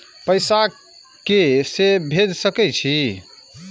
पैसा के से भेज सके छी?